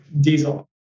diesel